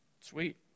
sweet